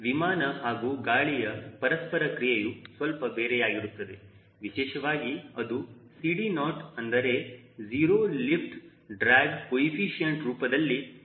ವಿಮಾನ ಹಾಗೂ ಗಾಳಿಯ ಪರಸ್ಪರ ಕ್ರಿಯೆಯು ಸ್ವಲ್ಪ ಬೇರೆಯಾಗಿರುತ್ತದೆ ವಿಶೇಷವಾಗಿ ಅದು CD0 ಅಂದರೆ 0 ಲಿಫ್ಟ್ ಡ್ರ್ಯಾಗ್ ಕೋಎಫಿಷಿಯೆಂಟ್ ರೂಪದಲ್ಲಿ ಇರುತ್ತದೆ